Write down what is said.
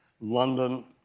London